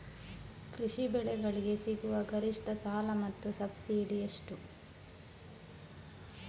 ಕೃಷಿ ಬೆಳೆಗಳಿಗೆ ಸಿಗುವ ಗರಿಷ್ಟ ಸಾಲ ಮತ್ತು ಸಬ್ಸಿಡಿ ಎಷ್ಟು?